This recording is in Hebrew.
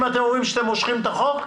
אם אתם אומרים שאתם מושכים את החוק,